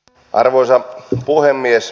arvoisa puhemies